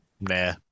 Nah